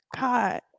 God